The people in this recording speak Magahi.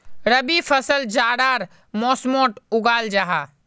रबी फसल जाड़ार मौसमोट उगाल जाहा